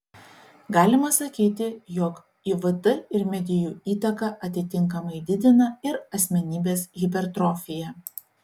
galima sakyti jog ivt ir medijų įtaka atitinkamai didina ir asmenybės hipertrofiją